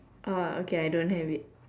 orh okay I don't have it